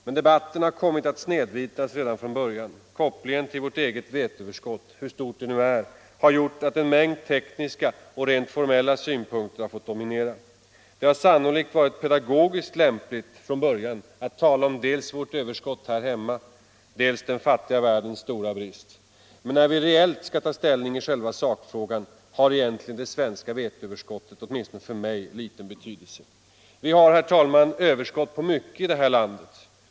Men debatten har kommit att snedvridas redan från början. Kopplingen till vårt eget veteöverskott — hur stort det nu är — har gjort att en mängd tekniska och rent formella syn 63 punkter fått dominera. Det har sannolikt varit pedagogiskt lämpligt att tala dels om vårt överskott, dels om den fattiga världens stora brist. Men när vi reellt skall ta ställning i själva sakfrågan, har det svenska veteöverskottet egentligen liten betydelse. Vi har, herr talman, överskott på mycket här i landet.